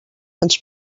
ens